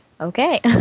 Okay